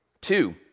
Two